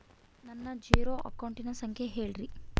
ನನ್ನ ಜೇರೊ ಅಕೌಂಟಿನ ಸಂಖ್ಯೆ ಹೇಳ್ರಿ?